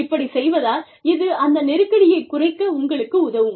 இப்படி செய்வதால் இது அந்த நெருக்கடியைக் குறைக்க உங்களுக்கு உதவும்